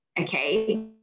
Okay